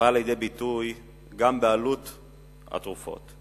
באה לידי ביטוי גם בעלות התרופות.